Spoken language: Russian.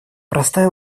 простая